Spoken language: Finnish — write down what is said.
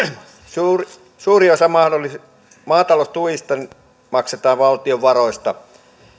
suuri suuri osa maataloustuista maksetaan valtion varoista